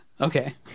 Okay